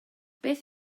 beth